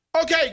okay